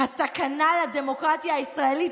"הסכנה לדמוקרטיה הישראלית,